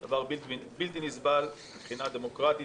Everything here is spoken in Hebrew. זה דבר בלתי נסבל מבחינה דמוקרטית,